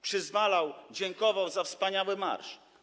Przyzwalał, dziękował za wspaniały marsz.